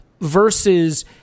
versus